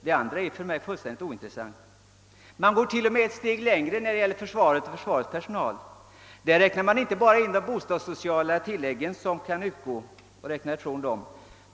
När det gäller försvarets personal går man till och med ett steg längre och räknar inte bara med de bostadssociala tillägg som kan utgå.